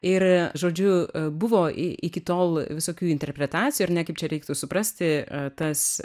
ir žodžiu buvo i iki tol visokių interpretacijų ar ne kaip čia reiktų suprasti tas